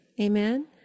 amen